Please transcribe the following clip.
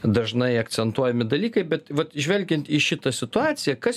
dažnai akcentuojami dalykai bet vat žvelgiant į šitą situaciją kas